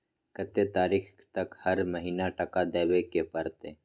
कत्ते तारीख तक हर महीना टका देबै के परतै?